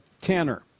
Tanner